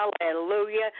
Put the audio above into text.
Hallelujah